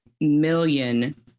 million